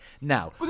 Now